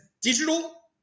digital